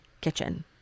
kitchen